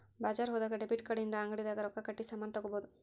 ಬಜಾರ್ ಹೋದಾಗ debit card ಇಂದ ಅಂಗಡಿ ದಾಗ ರೊಕ್ಕ ಕಟ್ಟಿ ಸಾಮನ್ ತಗೊಬೊದು